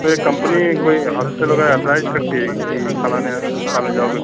कोई कम्पनी कोई हॉस्पिटल वगैरह असाइड करती है कि फलाने हस्पताल में जाओगे तो